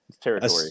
territory